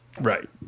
Right